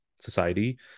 society